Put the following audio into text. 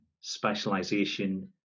specialization